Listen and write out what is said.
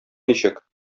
ничек